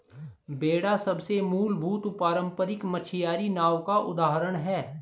बेड़ा सबसे मूलभूत पारम्परिक मछियारी नाव का उदाहरण है